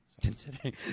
considering